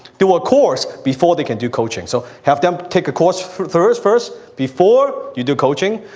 do a course before they can do coaching. so, have them take a course first first before you do coaching,